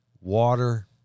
water